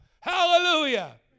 Hallelujah